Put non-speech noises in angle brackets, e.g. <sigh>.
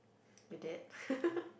your dad <laughs>